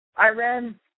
Iran